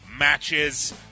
matches